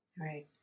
Right